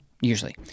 usually